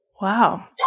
wow